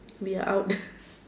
we are out